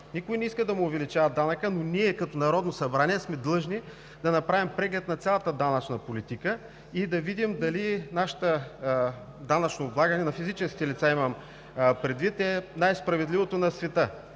Никой не иска да му увеличават данъка, но ние като Народно събрание сме длъжни да направим преглед на цялата данъчна политика и да видим дали данъчното облагане на физическите лица е най-справедливото на света.